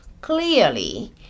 clearly